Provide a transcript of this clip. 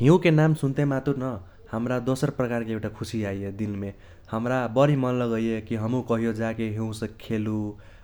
हिउँके नाम सुन्ते मातुर न हमरा दोसर प्रकारके एउटा खुसी आइये दिलमे, हमरा बरी मन लगैये कि हमहू कहियो जाके हिउँसे खेलु,